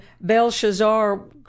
Belshazzar